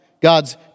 God's